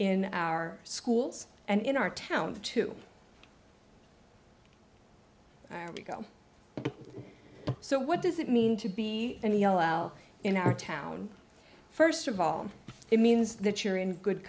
in our schools and in our town to you go so what does it mean to be an e l l in our town first of all it means that you're in good